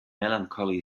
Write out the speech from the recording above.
melancholy